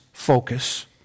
Focus